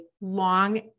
long